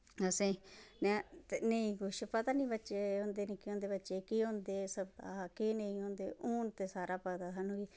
असें नेईं कुछ पता नी बच्चे होंदे निक्के होंदे बच्चे केह् होंदे केह् नेंई होंदे हून ते सारा पता साह्नू बी